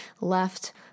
left